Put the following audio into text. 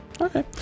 Okay